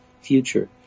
future